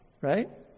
right